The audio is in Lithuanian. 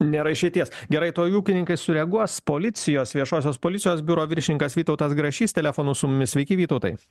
nėra išeities gerai tuoj ūkininkai sureaguos policijos viešosios policijos biuro viršininkas vytautas grašys telefonu su mumis veiki vytautai